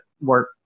work